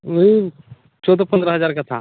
यही चौदह पन्द्रह हज़ार का था